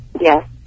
Yes